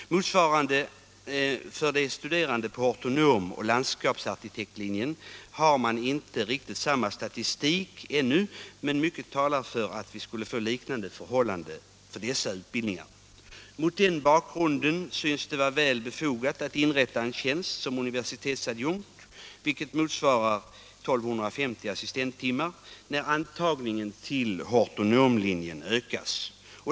För de studerande på hortonom och landskapsarkitektlinjerna har man inte riktigt samma statistik ännu, men mycket talar för att man skulle få liknande förhållanden för dessa utbildningar. Mot den bakgrunden synes det vara välbefogat att inrätta en tjänst söm universitetsadjunkt, motsvarande 1250 assistenttimmar, när antagningen till hortonomlinjen ökas.